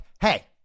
hey